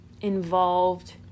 involved